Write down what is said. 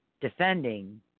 defending